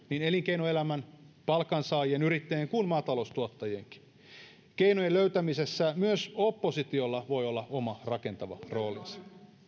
elinkeinoelämän palkansaajien yrittäjien kuin maataloustuottajienkin keinojen löytämisessä myös oppositiolla voi olla oma rakentava roolinsa